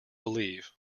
believe